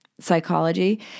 psychology